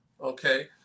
Okay